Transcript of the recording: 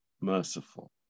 merciful